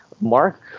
Mark